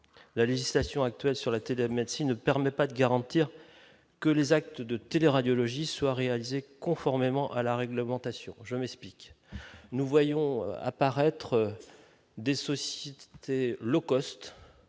la législation actuelle sur la télémédecine ne permet pas de garantir que les actes de télé radiologie soit réalisée conformément à la réglementation, je m'explique : nous voyons apparaître des saucisses low-cost